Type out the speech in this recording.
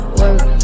work